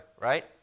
right